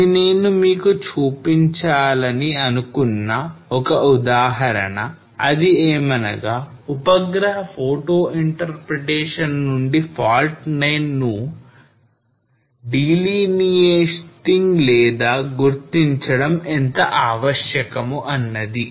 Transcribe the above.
ఇది నేను మీకు చూపించాలని అనుకున్న ఒక ఉదాహరణ అది ఏమనగా ఉపగ్రహ photo interpretation నుండి fault lines ను delineating లేదా గుర్తించడం ఎంత ఆవశ్యకము అనేది